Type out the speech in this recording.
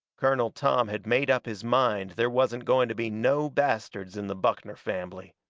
colonel tom had made up his mind there wasn't going to be no bastards in the buckner fambly.